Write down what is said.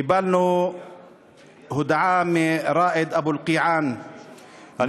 קיבלנו הודעה מראאד אבו אלקיעאן,